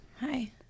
hi